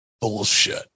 bullshit